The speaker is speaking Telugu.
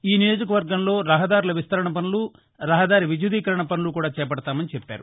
ఈ నియోజకవర్గంలో రహదారుల విస్తరణ పనులు రహదారి విద్యుద్దీకరణ పనులు కూడా చూపడతామని అన్నారు